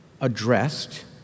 addressed